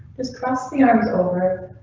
this cross the arms over.